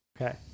okay